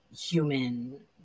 human